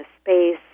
space